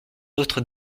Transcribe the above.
outre